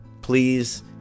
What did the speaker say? please